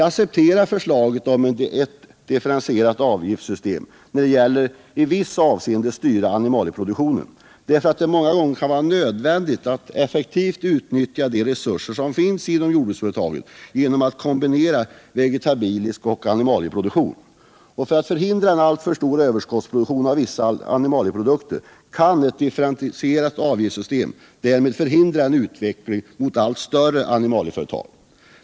Vi accepterar förslaget om ett differentierat avgiftssystem där det gäller att i vissa avseenden styra animalieproduktionen, därför att det många gånger kan vara nödvändigt att effektivt utnyttja de resurser som finns inom jordbruksföretagen genom att kombinera vegetabilisk produktion och animalieproduktion. För att förhindra en alltför stor överproduktion av vissa animalieprodukter kan ett differentierat avgiftssystem därmed Nr 54 förhindra en utveckling mot allt större animalieföretag.